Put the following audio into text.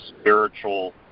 spiritual